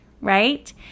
right